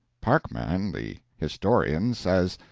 parkman, the historian, says,